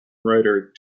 writer